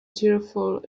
tearful